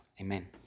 Amen